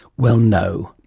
well, no.